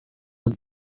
het